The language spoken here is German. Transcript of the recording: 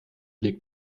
legt